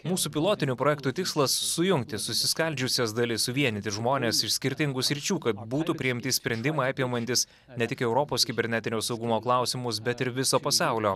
mūsų pilotinių projektų tikslas sujungti susiskaldžiusias dalis suvienyti žmones iš skirtingų sričių kad būtų priimti sprendimai apimantys ne tik europos kibernetinio saugumo klausimus bet ir viso pasaulio